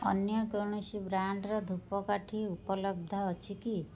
ଅନ୍ୟ କୌଣସି ବ୍ରାଣ୍ଡ୍ର ଧୂପକାଠି ଉପଲବ୍ଧ ଅଛି କି